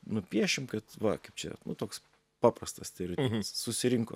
nupiešim kad va kaip čia toks paprastas tai yra susirinko